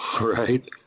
right